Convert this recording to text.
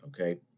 Okay